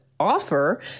offer